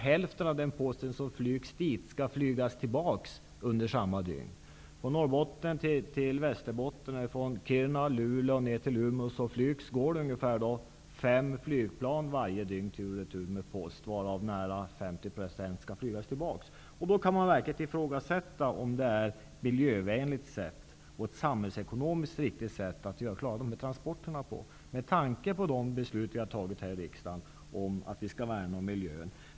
Hälften av den post som flygs till Umeå skall sedan flygas tillbaka under samma dygn. Från Norrbotten till Västerbotten, dvs. från Kiruna och Luleå till Umeå, går det ungefär fem flygplan varje dygn tur och retur med post. 50 % av posten skall flygas tillbaka. Man kan verkligen fråga om det är miljövänligt och samhällsekonomiskt riktigt att utföra dessa transporter på detta sätt med tanke på de beslut som riksdagen har fattat om att vi skall värna om miljön.